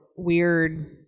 Weird